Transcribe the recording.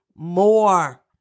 more